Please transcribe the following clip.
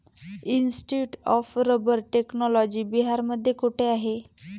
Institute of rubber technology बिहारमध्ये कोठे आहे?